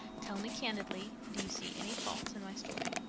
tell me candidly, do you see any faults in my story?